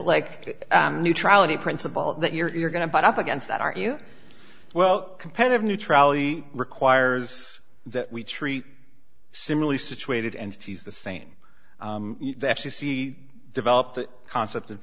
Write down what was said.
like neutrality principle that you're going to butt up against that are you well competitive neutrality requires that we treat similarly situated and she's the same actually see develop the concept of